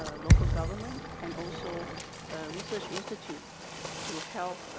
ah local governments, and also research institute to help